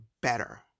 better